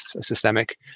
systemic